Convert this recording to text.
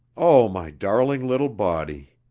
oh, my darling little body!